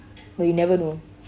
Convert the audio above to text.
but you never know